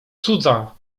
cudza